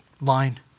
line